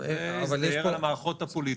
אלה המערכות הפוליטיות,